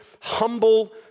humble